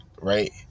right